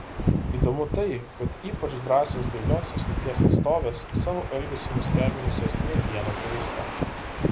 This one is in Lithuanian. įdomu tai kad ypač drąsios dailiosios lyties atstovės savo elgesiu nustebinusios ne vieną turistą